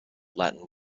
latin